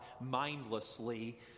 mindlessly